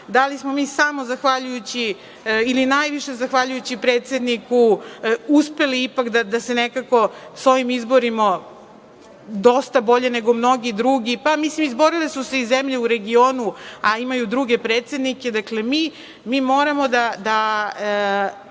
da li smo mi samo zahvaljujući ili najviše zahvaljujući predsedniku uspeli ipak da se nekako sa ovim izborimo dosta bolje nego mnogi drugi. Pa, mislim, izborile su se i zemlje u regionu, a imaju druge predsednike. Dakle, mi moramo da